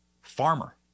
farmer